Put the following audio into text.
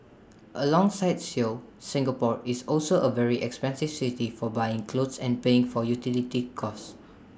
alongside Seoul Singapore is also A very expensive city for buying clothes and paying for utility costs